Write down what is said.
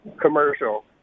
commercial